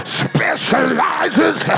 specializes